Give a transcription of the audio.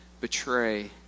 betray